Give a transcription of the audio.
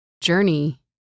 journey